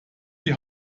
die